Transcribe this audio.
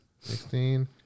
Sixteen